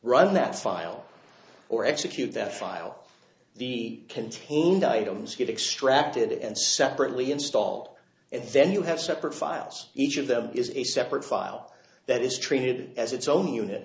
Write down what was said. run that file or execute that file the contained items get extracted and separately installed and then you have separate files each of them is a separate file that is treated as its own unit